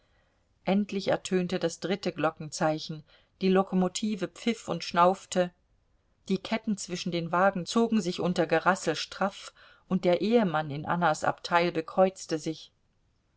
endlich ertönte das dritte glockenzeichen die lokomotive pfiff und schnaufte die ketten zwischen den wagen zogen sich unter gerassel straff und der ehemann in annas abteil bekreuzte sich